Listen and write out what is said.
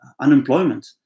unemployment